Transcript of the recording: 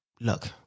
look